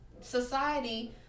society